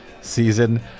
season